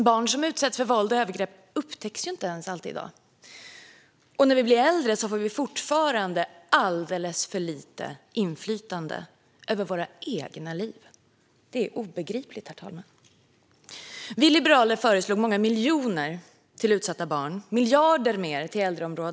Barn som utsätts för våld och övergrepp upptäcks inte ens alltid i dag, och när vi blir äldre får vi fortfarande alldeles för lite inflytande över våra egna liv. Det är obegripligt, herr talman. Vi liberaler föreslog många miljoner till utsatta barn och miljarder mer till äldreområdet.